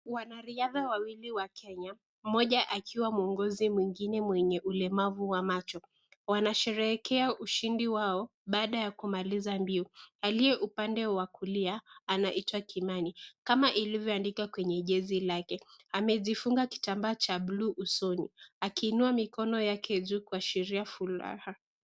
Wanariadha wawili wa Kenya. Mmoja akiwa mwongozi , mwengine mwenye ulemavu wa macho. Wanasherehekea ushindi wao baada ya kumaliza mbio. Aliye upande wa kulia anaitwa kimani , kama ilivyoandikwa kwenye jezi lake. Amejifunga kitambaa cha bluu usoni aki inua mikono yake juu kuashiria furaha.